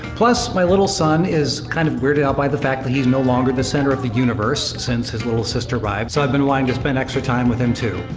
plus, my little son is kind of weirded out by the fact that he's no longer the center of the universe since his little sister arrived, so i've been wanting to spend extra time with him too.